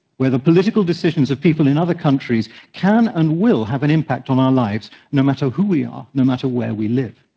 where the political decisions of people in other countries can and will have an impact on our lives no matter who we are, no matter where we live.